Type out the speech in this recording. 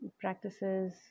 practices